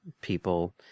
people